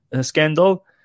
scandal